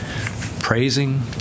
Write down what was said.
praising